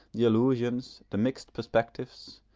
the allusions, the mixed perspectives,